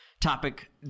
topic